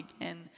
again